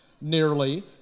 nearly